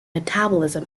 metabolism